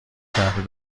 تحت